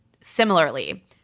Similarly